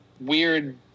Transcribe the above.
weird